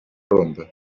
ronda